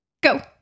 Go